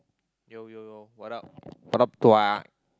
yo yo yo what up what up